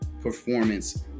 performance